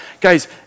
Guys